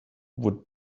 would